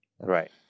Right